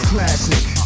Classic